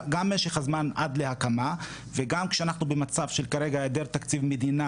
גם משך הזמן עד להקמה וגם כשאנחנו במצב של היעדר תקציב מדינה